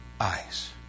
eyes